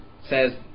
says